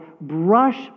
brush